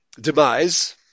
demise